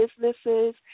businesses